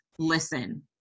Listen